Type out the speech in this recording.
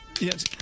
Yes